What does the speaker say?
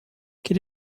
quel